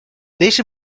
deixe